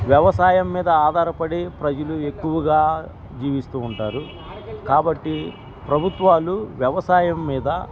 వ్యవసాయం మీద ఆధారపడి ప్రజలు ఎక్కువగా జీవిస్తూ ఉంటారు కాబట్టి ప్రభుత్వాలు వ్యవసాయం మీద